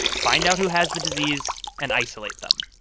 find out who has the disease, and isolate them.